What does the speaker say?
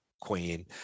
queen